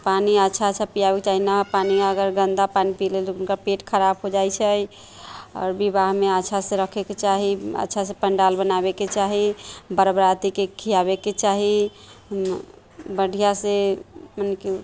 पानि अच्छा अच्छा पियाबैके चाही नहि पानि अगर गन्दा पानि पी लेल हुनकर पेट खराब हो जाइत छै आओर विवाहमे अच्छा से रखैके चाही अच्छासे पण्डाल बनाबैके चाही बर बरातीके खिआबैके चाही बढ़िआँ से मने कि